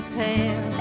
tell